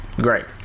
great